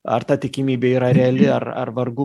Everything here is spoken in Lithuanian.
ar ta tikimybė yra reali ar ar vargu